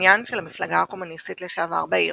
בבנין של המפלגה הקומוניסטית לשעבר בעיר.